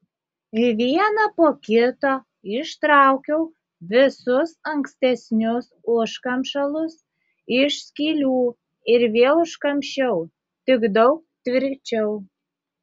vieną po kito ištraukiau visus ankstesnius užkamšalus iš skylių ir vėl užkamšiau tik daug tvirčiau